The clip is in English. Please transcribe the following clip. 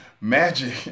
magic